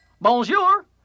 Bonjour